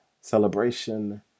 celebration